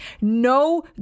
no